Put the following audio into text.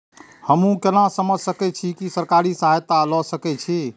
हमू केना समझ सके छी की सरकारी सहायता ले सके छी?